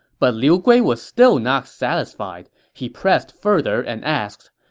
but liu gui was still not satisfied. he pressed further and asked,